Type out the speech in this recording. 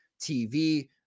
TV